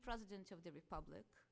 president of the republic